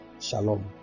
Shalom